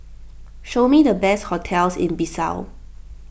show me the best hotels in Bissau